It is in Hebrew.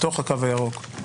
בתוך הקו הירוק,